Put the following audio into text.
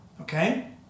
okay